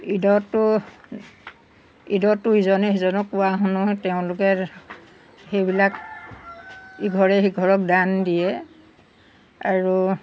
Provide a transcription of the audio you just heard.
ঈদতো ঈদতো ইজনে সিজনক কোৱা শুনো তেওঁলোকে সেইবিলাক ইঘৰে সিঘৰক দান দিয়ে আৰু